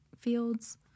fields